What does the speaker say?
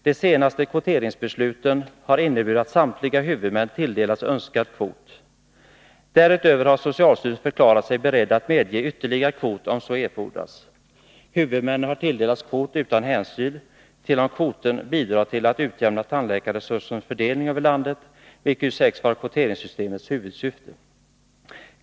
De senaste kvoteringsbesluten har inneburit att samtliga huvudmän tilldelats önskad kvot. Därutöver har socialstyrelsen förklarat sig beredd att medge ytterligare kvot om så erfordras. Huvudmännen har tilldelats kvot utan hänsyn till om kvoten bidrar till att utjämna tandläkarresursernas fördelning över landet, vilket ju sägs vara kvoteringssystemets huvudsyfte.